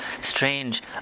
strange